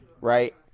right